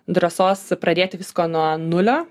drąsos pradėti visko nuo nulio